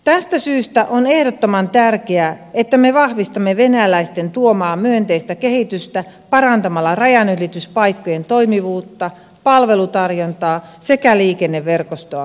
tästä syystä on ehdottoman tärkeää että me vahvistamme venäläisten tuomaa myönteistä kehitystä parantamalla rajanylityspaikkojen toimivuutta palvelutarjontaa sekä liikenneverkostoamme